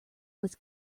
was